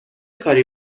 کاری